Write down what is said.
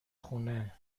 خونه